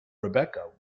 rebecca